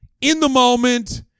in-the-moment